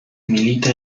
milita